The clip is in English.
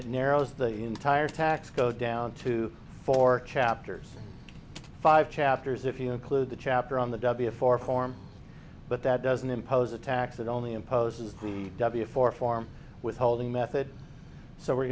it narrows the entire tax code down to four chapters five chapters if you include the chapter on the w four form but that doesn't impose a tax it only imposes the w four form withholding method so we're